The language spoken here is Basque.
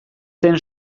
zen